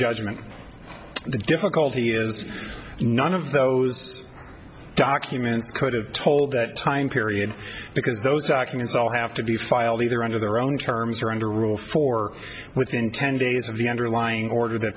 judgment the difficulty is none of those documents could have told that time period because those documents all have to be filed the their under their own terms or under rule for within ten days of the underlying order t